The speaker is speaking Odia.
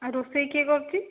ଆଉ ରୋଷେଇ କିଏ କରୁଛି